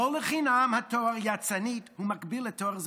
לא לחינם התואר "יצאנית" מקביל לתואר "זונה",